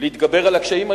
להתגבר על הקשיים.